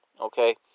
Okay